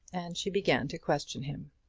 and she began to question him.